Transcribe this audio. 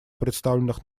представленных